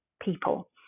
people